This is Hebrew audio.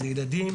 זה ילדים,